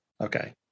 Okay